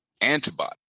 antibody